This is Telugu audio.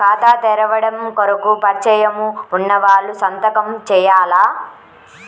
ఖాతా తెరవడం కొరకు పరిచయము వున్నవాళ్లు సంతకము చేయాలా?